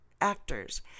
actors